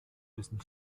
dessen